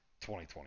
2020